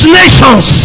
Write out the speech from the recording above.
nations